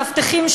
מאבטחים,